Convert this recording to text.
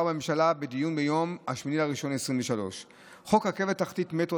בממשלה בדיון ב-8 בינואר 2023. חוק רכבת תחתית (מטרו)